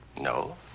No